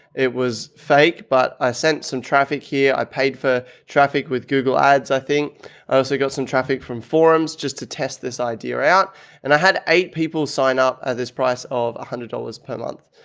it was fake, but i sent some traffic here. i paid for traffic with google ads. i think i also got some traffic from forums just to test this idea out and i had eight people sign up at this price of one hundred dollars per month.